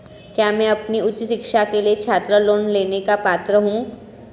क्या मैं अपनी उच्च शिक्षा के लिए छात्र लोन लेने का पात्र हूँ?